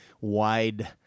wide